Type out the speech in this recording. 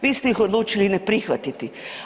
Vi ste ih odlučili ne prihvatiti.